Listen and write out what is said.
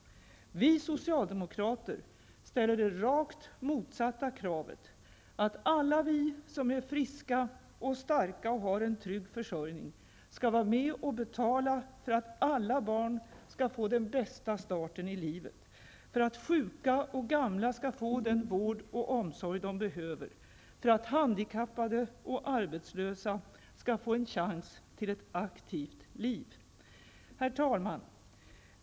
Vi socialdemokrater ställer det rakt motsatta kravet: Alla vi som är friska och starka samt har en trygg försörjning skall vara med och betala för att alla barn skall få den bästa starten i livet, för att sjuka och gamla skall få den vård och omsorg de behöver, för att handikappade och arbetslösa skall få en chans till ett aktivt liv. Herr talman!